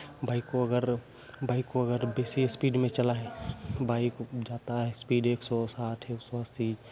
bike को अगर bike को अगर स्पीड में चलाएँ बाइक जाता है स्पीड एक सौ साठ एक सौ अस्सी